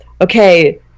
okay